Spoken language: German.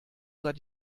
seit